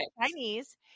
Chinese